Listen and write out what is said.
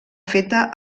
feta